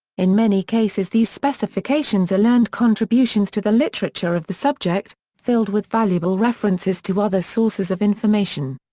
in many cases these specifications are learned contributions to the literature of the subject, filled with valuable references to other sources of information.